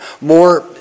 More